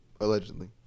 Allegedly